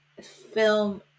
film